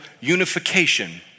unification